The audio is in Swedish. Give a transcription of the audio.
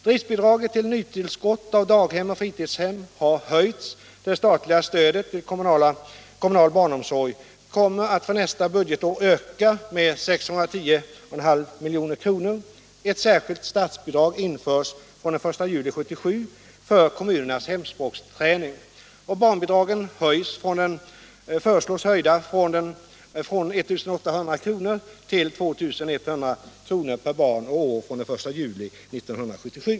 Driftbidraget till nytillskott av daghem och fritidshem har höjts, det statliga stödet till kommunal barnomsorg kommer att för nästa budgetår öka med 610,5 milj.kr. och ett särskilt statsbidrag införs från den 1 juli 1977 för kommunernas hemspråksträning. Barnbidraget föreslås höjt från 1800 kr. till 2100 kr. per barn och år från den 1 juli 1977.